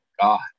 god